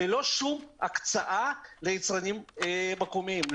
ללא שום הקצאה ליצרנים מקומיים.